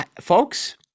Folks